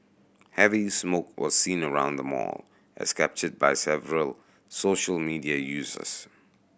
heavy smoke was seen around the mall as captured by several social media users